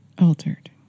altered